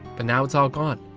but now it's all gone.